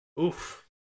Oof